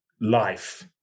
life